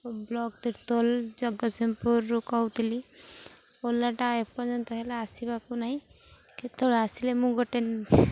block Tirtol ଜଗତସିଂହପୁରରୁ କହୁଥିଲି ଓଲାଟା ଏପର୍ଯ୍ୟନ୍ତ ହେଲା ଆସିବାକୁ ନାହିଁ କେତେବେଳେ ଆସିଲେ ମୁଁ ଗୋଟେ